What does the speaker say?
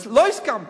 לא הסכמתי.